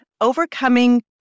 overcoming